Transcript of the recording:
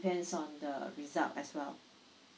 it's depends on the result as well